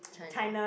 China